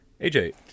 AJ